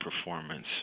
performance